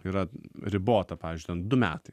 yra ribota pavyzdžiui ten du metai